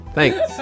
Thanks